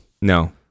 No